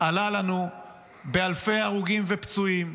עלה לנו באלפי הרוגים ופצועים,